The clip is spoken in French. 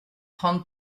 trente